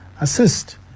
assist